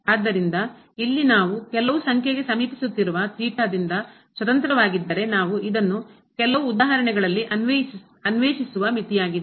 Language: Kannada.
ಆದ್ದರಿಂದ ಇಲ್ಲಿ ನಾವು ಕೆಲವು ಸಂಖ್ಯೆಗೆ ಸಮೀಪಿಸುತ್ತಿರುವ ಥೀಟಾದಿಂದ ಸ್ವತಂತ್ರವಾಗಿದ್ದರೆ ನಾವು ಇದನ್ನು ಕೆಲವು ಉದಾಹರಣೆಗಳಲ್ಲಿ ಅನ್ವೇಷಿಸುವ ಮಿತಿಯಾಗಿದೆ